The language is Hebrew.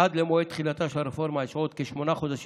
עד למועד תחילתה של הרפורמה יש עוד כשמונה חודשים,